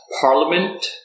Parliament